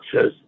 says